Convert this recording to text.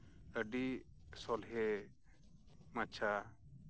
ᱟᱹᱰᱤ ᱥᱚᱞᱦᱮ ᱢᱟᱪᱷᱟ